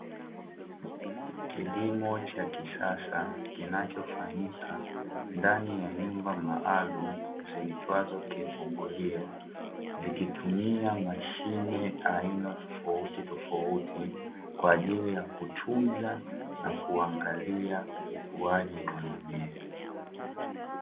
Kilimo cha kisasa, kinachofanyika ndani ya nyumba maalumu ziitwazo kivungulio, zikitumia mashine aina tofauti tofauti kwa ajili ya kutunza na kuangalia ukuaji wa mimea.